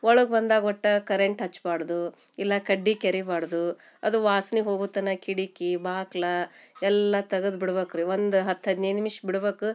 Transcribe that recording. ಒಳಗೆ ಬಂದಾಗ ಒಟ್ಟು ಕರೆಂಟ್ ಹಚ್ಬಾರ್ದು ಇಲ್ಲ ಕಡ್ಡಿ ಕೆರಿಬಾರ್ದು ಅದು ವಾಸ್ನೆ ಹೋಗೋ ತನಕ ಕಿಟಕಿ ಬಾಗ್ಲ್ ಎಲ್ಲ ತೆಗೆದ್ ಬಿಡ್ಬೇಕ್ ರೀ ಒಂದು ಹತ್ತು ಹದಿನೈದು ನಿಮಿಷ ಬಿಡ್ಬೇಕು